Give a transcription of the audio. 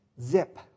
Zip